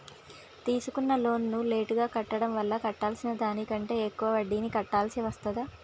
తీసుకున్న లోనును లేటుగా కట్టడం వల్ల కట్టాల్సిన దానికంటే ఎక్కువ వడ్డీని కట్టాల్సి వస్తదా?